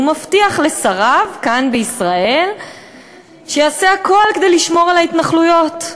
הוא מבטיח לשריו כאן בישראל שיעשה הכול כדי לשמור על ההתנחלויות.